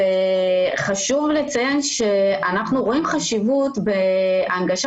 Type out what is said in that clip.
חשוב לציין שאנחנו רואים חשיבות להנגשה